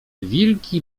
wilki